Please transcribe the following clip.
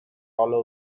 all